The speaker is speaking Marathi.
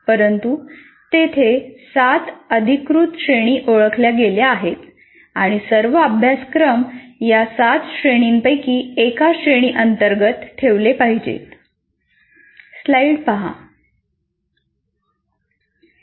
परंतु तेथे सात अधिकृत श्रेणी ओळखल्या गेल्या आहेत आणि सर्व अभ्यासक्रम या सात श्रेणींपैकी एका श्रेणीअंतर्गत ठेवले पाहिजेत